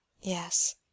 Yes